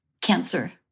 cancer